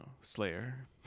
Slayer